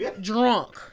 drunk